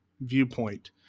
viewpoint